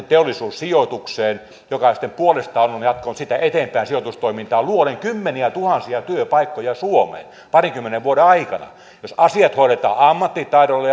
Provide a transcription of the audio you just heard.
teollisuussijoitukseen joka sitten puolestaan on jatkanut siitä eteenpäin sijoitustoimintaa luoden kymmeniätuhansia työpaikkoja suomeen parinkymmenen vuoden aikana jos asiat hoidetaan ammattitaidolla